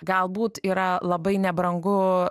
galbūt yra labai nebrangu